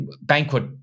banquet